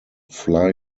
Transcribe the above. fly